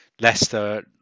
Leicester